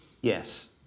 yes